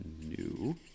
New